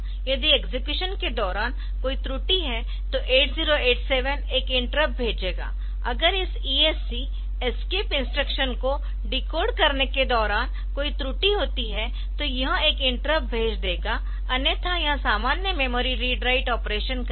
यदि एक्सेक्युशन के दौरान कोई त्रुटि है तो 8087 एक इंटरप्ट भेजेगा अगर इस ESC एस्केप इंस्ट्रक्शन को डीकोड करने के दौरान कोई त्रुटि होती है तो यह एक इंटरप्ट भेज देगा अन्यथा यह सामान्य मेमोरी रीड राइट ऑपरेशन करेगा